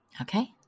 Okay